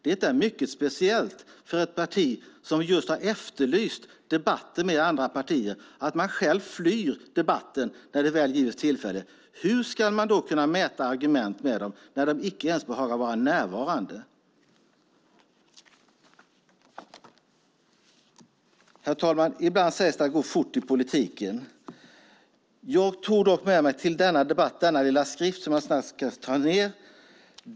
Det är mycket speciell för ett parti som har efterlyst just debatten med andra partier att själv fly debatten när det väl gives tillfälle. Hur ska man kunna mäta argument med dem när de icke ens behagar vara närvarande? Herr talman! Ibland sägs det att det går fort i politiken. Jag tog dock till denna debatt med mig den lilla skrift som jag visar här.